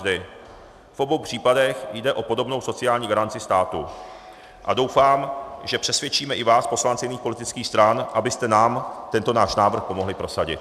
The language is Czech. V obou případech jde o podobnou sociální garanci státu a doufám, že přesvědčíme i vás poslance jiných politických stran, abyste nám tento náš návrh pomohli prosadit.